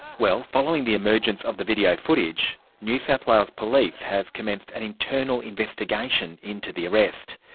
well, following the emergence of the video footage, new south wales police has commenced an internal investigation into the arrest.